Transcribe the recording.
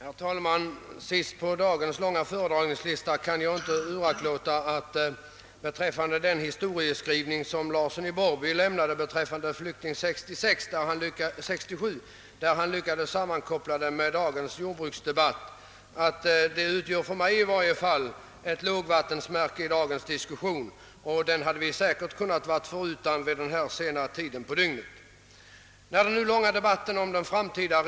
att stödja en storproducent med lån och bidrag — maximibeloppen 400 000 kronor och 100000 kronor nämndes — eller att ge ett motsvarande belopp fördelat på tio redan existerande familjejordbruk. Familjejordbruken är den typ av jordbruk som även enligt socialdemokraterna i utskottet skall bli den dominerande också för framtiden. Jag tycker att det här hade varit ganska naturligt med ett uttalande att det redan existerande familjejordbruket bör stärkas.